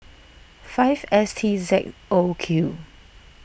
five S T Z O Q